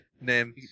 name